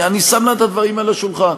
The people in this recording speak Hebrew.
אני שם את הדברים על השולחן: